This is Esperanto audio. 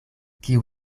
kiu